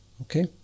Okay